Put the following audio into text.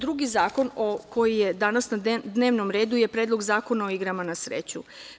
Drugi zakon koji je danas na dnevnom redu je Predlog zakona o igrama na sreću.